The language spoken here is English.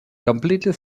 completely